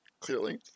clearly